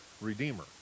redeemer